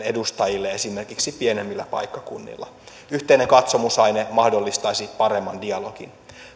edustajille esimerkiksi pienemmillä paikkakunnilla yhteinen katsomusaine mahdollistaisi paremman dialogin